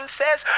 says